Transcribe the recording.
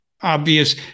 obvious